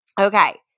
Okay